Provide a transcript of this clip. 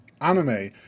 anime